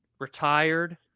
Retired